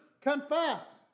confess